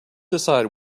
decide